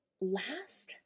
last